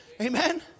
Amen